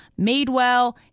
Madewell